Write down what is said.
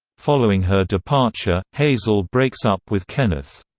following her departure, hazel breaks up with kenneth.